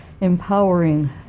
empowering